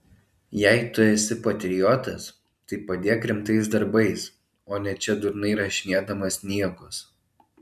jei tu esi patriotas tai padėk rimtais darbais o ne čia durnai rašinėdamas niekus